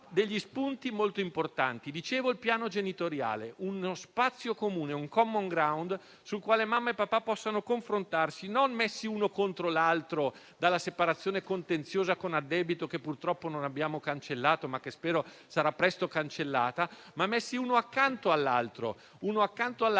degli spunti molto importanti. Come dicevo, vi è il piano genitoriale: uno spazio comune, un *common ground* sul quale mamma e papà possono confrontarsi, non messi l'uno contro l'altro dalla separazione contenziosa con addebito, che purtroppo non abbiamo cancellato ma che spero sarà presto cancellata, ma messi uno accanto all'altro in alleanza